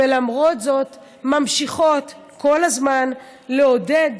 ולמרות זאת ממשיכות כל הזמן לעודד,